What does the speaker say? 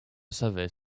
savait